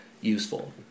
useful